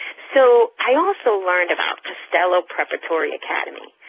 so i also learned about costello preparatory academy,